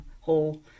whole